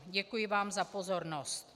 Děkuji vám za pozornost.